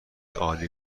عالی